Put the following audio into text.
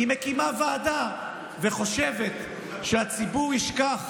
היא מקימה ועדה וחושבת שהציבור ישכח